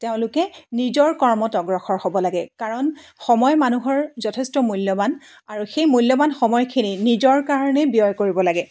তেওঁলোকে নিজৰ কৰ্মত অগ্ৰসৰ হ'ব লাগে কাৰণ সময় মানুহৰ যথেষ্ট মূল্যৱান আৰু সেই মূল্যৱান সময়খিনি নিজৰ কাৰণে ব্যয় কৰিব লাগে